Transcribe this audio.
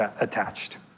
attached